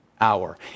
hour